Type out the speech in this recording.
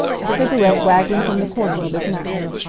a cigarette waggling from the corner of his mouth.